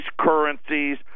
currencies